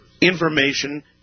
information